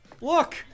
Look